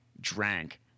drank